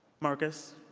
marcus,